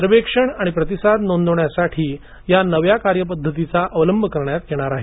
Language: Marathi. सर्वेक्षण आणि प्रतिसाद नोंदवण्यासाठी या नव्या कार्यपद्धतीचा अवलंब करण्यात येणार आहे